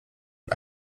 und